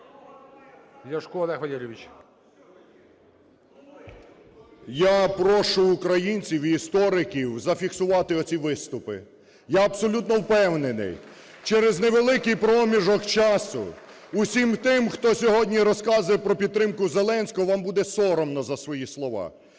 Я прошу українців і істориків зафіксувати оці виступи. Я абсолютно впевнений: через невеликий проміжок часу усім тим, хто сьогодні розказує про підтримкуЗеленського, вам буде соромно за свої слова.